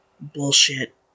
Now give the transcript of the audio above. bullshit